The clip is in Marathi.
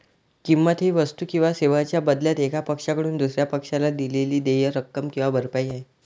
किंमत ही वस्तू किंवा सेवांच्या बदल्यात एका पक्षाकडून दुसर्या पक्षाला दिलेली देय रक्कम किंवा भरपाई आहे